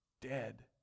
dead